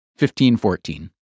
15-14